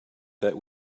that